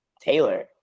Taylor